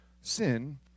sin